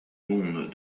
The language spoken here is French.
monde